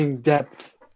depth